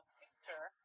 picture